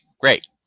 great